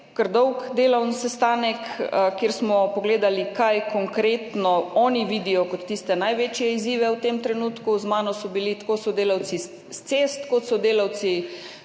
delovni sestanek, na katerem smo pogledali, kaj konkretno oni vidijo kot tiste največje izzive v tem trenutku, z mano so bili tako sodelavci s cest, kot sodelavci,